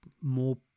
more